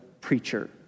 preacher